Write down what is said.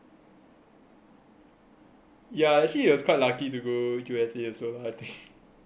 ya actually I was quite lucky to go to U_S_A also I think